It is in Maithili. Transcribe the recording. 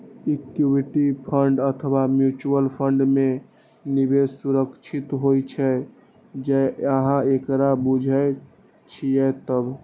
इक्विटी फंड अथवा म्यूचुअल फंड मे निवेश सुरक्षित होइ छै, जौं अहां एकरा बूझे छियै तब